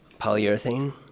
polyurethane